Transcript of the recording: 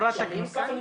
נוסף,